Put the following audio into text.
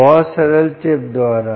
बहुत सरल चिप द्वारा